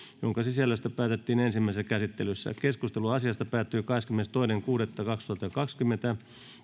jonka sisällöstä päätettiin ensimmäisessä käsittelyssä keskustelu asiasta päättyi kahdeskymmenestoinen kuudetta kaksituhattakaksikymmentä